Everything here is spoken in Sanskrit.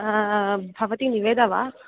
भवती निवेदा वा